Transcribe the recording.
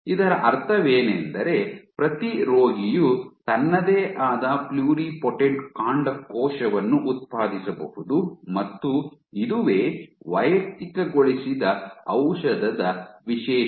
ಇದರ ಅರ್ಥವೇನೆಂದರೆ ಪ್ರತಿ ರೋಗಿಯು ತನ್ನದೇ ಆದ ಪ್ಲುರಿಪೊಟೆಂಟ್ ಕಾಂಡಕೋಶವನ್ನು ಉತ್ಪಾದಿಸಬಹುದು ಮತ್ತು ಇದುವೇ ವೈಯಕ್ತಿಕಗೊಳಿಸಿದ ಔಷಧದ ವಿಶೇಷತೆ